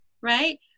Right